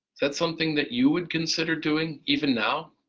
that something that you would consider doing even now,